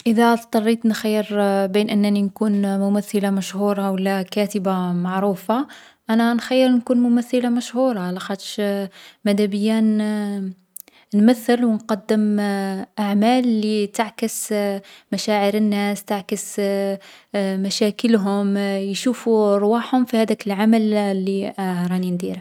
إذا اضطريت نخيّر بين أنني نكون ممثلة مشهورة و لا كاتبة معروفة، أنا نخيّر نكون ممثلة مشهورة لاخاطش مادابيا نمثّل و نقدّم أعمال لي تعكس مشاعر الناس، تعكس واقعهم و تحكيلهم حكايات يشوفو رواحهم من خلالها.